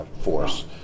force